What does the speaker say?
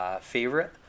favorite